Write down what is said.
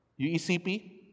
UECP